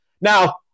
Now